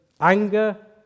anger